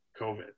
COVID